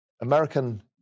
American